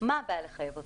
לחייב אותו?